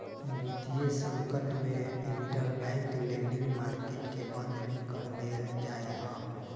वितीय संकट में इंटरबैंक लेंडिंग मार्केट के बंद भी कर देयल जा हई